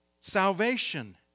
salvation